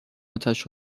اتش